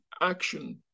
action